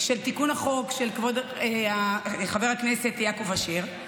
תיקון החוק של כבוד חבר הכנסת יעקב אשר,